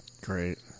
Great